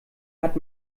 hat